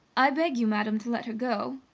i beg you, madam, to let her go,